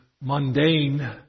mundane